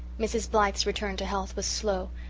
mrs. blythe's return to health was slow,